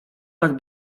tak